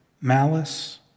malice